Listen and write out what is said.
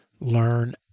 learn